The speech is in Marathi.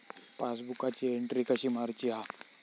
पासबुकाची एन्ट्री कशी मारुची हा?